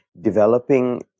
developing